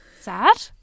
Sad